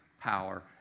power